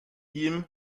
ihm